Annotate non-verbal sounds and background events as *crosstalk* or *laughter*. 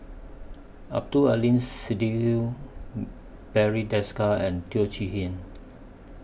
Abdul Aleem Siddique *hesitation* Barry Desker and Teo Chee Hean